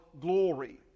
glory